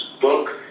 book